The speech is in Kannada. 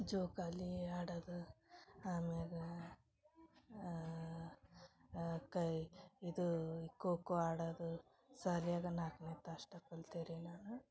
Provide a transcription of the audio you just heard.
ಜೋಕಾಲಿ ಆಡೋದು ಅಮ್ಯಾಗ ಕೈ ಇದು ಖೋ ಖೋ ಆಡೋದು ಶಾಲ್ಯಾಗ ನಾಲ್ಕನೇ ಕ್ಲಾಸ್ ಅಷ್ಟೇ ಕಲ್ತಿನಿ ರೀ ನಾನು